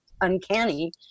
uncanny